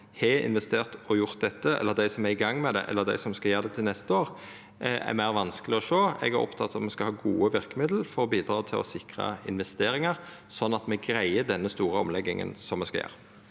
har investert og gjort dette, og dei som er i gang med det, eller dei som skal gjera det til neste år, er vanskelegare å sjå. Eg er oppteken av at me skal ha gode verkemiddel for å bidra til å sikra investeringane, sånn at me greier denne store omlegginga som me skal gjera.